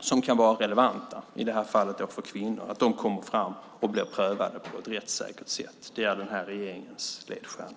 som kan vara relevanta, i det här fallet för kvinnor, kommer fram och blir prövade på ett rättssäkert sätt. Det är regeringens ledstjärna.